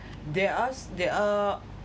they asked there are